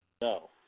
No